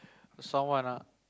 someone ah